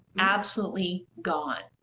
absolutely gone,